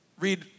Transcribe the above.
Read